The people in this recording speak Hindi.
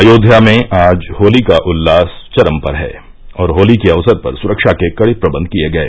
अयोध्या में आज होली का उल्लास चरम पर है और होली के अवसर पर सुरक्षा के कड़े प्रबंध किये गए